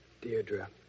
Deirdre